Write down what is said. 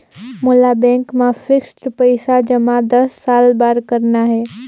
मोला बैंक मा फिक्स्ड पइसा जमा दस साल बार करना हे?